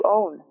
own